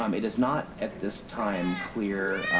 um it's not, at this time, clear